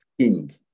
king